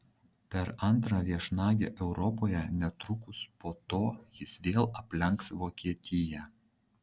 per antrą viešnagę europoje netrukus po to jis vėl aplenks vokietiją